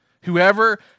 Whoever